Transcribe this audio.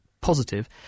positive